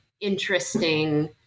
interesting